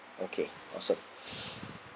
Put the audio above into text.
okay awesome